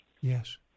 Yes